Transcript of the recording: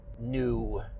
new